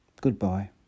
Goodbye